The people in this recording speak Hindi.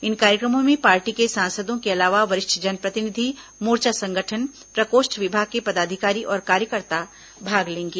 इन कार्यक्रमों में पार्टी के सांसदों के अलावा वरिष्ठ जनप्रतिनिधि मोर्चा संगठन प्रकोष्ठ विभाग के पदाधिकारी और कार्यकर्ता भाग लेंगे